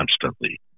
constantly